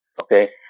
okay